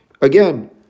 again